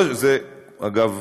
אגב,